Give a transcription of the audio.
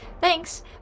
Thanks